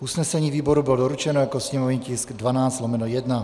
Usnesení výboru bylo doručeno jako sněmovní tisk 12/1.